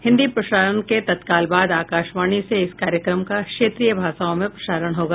हिन्दी प्रसारण के तत्काल बाद आकाशवाणी से इस कार्यक्रम का क्षेत्रीय भाषाओं में प्रसारण होगा